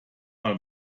mal